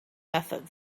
methods